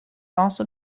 also